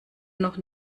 noch